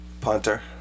Punter